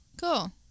Cool